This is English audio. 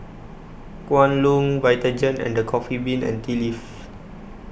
Kwan Loong Vitagen and The Coffee Bean and Tea Leaf